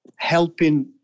helping